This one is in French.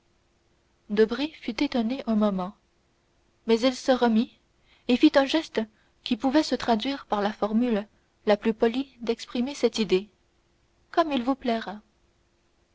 debray fut étonné un moment mais il se remit et fit un geste qui pouvait se traduire par la formule la plus polie d'exprimer cette idée comme il vous plaira